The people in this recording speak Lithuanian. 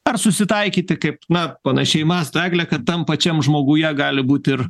ar susitaikyti kaip na panašiai mąsto eglė kad tam pačiam žmoguje gali būti ir